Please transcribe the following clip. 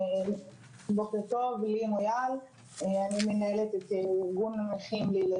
אני מנהלת את ארגון לי"ן.